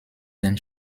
den